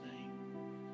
name